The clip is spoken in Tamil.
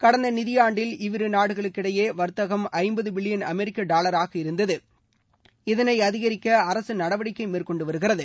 கடந்த நிதியாண்டில் இவ்விருநாடுகளுக்கிடையே வர்த்தகம் ஐம்பது பில்லியன் அமெரிக்க டாலராக இருந்தது இதனை அதிகரிக்க அரசு நடவடிக்கை மேற்கொண்டு வருகிறது